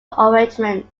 arrangements